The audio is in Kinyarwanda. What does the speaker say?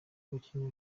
abakinnyi